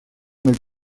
mil